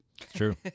True